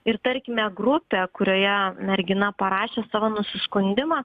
ir tarkime grupę kurioje mergina parašė savo nusiskundimą